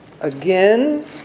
again